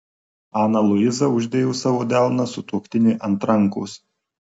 ana luiza uždėjo savo delną sutuoktiniui ant rankos